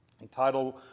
entitled